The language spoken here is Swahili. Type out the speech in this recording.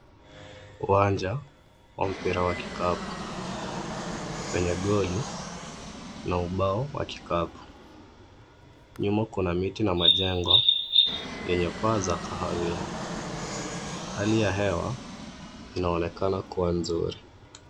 Uwanja wa mpira wa kikapu wenye goli na ubao wa kikapu. Nyuma kuna miti na majengo yenye paa za kahawia. Hali ya hewa inaonekana kuwa nzuri.